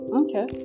okay